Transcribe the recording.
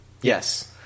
Yes